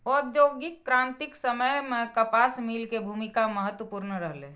औद्योगिक क्रांतिक समय मे कपास मिल के भूमिका महत्वपूर्ण रहलै